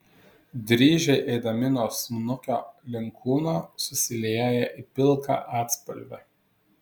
dryžiai eidami nuo snukio link kūno susilieja į pilką atspalvį